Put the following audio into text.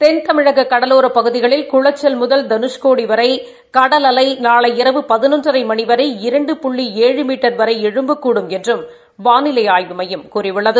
தென்தமிழக கடலோரப் பகுதிகளில் குளக்கல் முதல் தனுஷ்கோடி வரை கடல் அலை நாளை இரவு பதினொன்றரை மணி வரை இரண்டு புள்ளி ஏழு மீட்டர் வரை எழும்பக்கூடும் என்றும் வாளிலை ஆய்வு மையம் கூறியுள்ளது